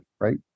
right